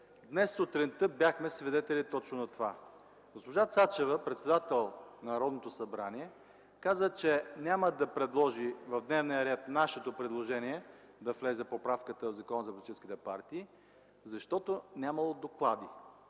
Днес сутринта бяхме свидетели точно на това. Госпожа Цачева, председател на Народното събрание, каза, че няма да предложи в дневния ред нашето предложение – да влезе поправката в Закона за политическите партии, защото нямало доклади,